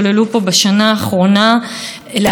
את השיסוע בחברה הישראלית,